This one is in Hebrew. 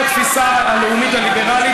זוהי התפיסה הלאומית-ליברלית,